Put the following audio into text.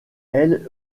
elle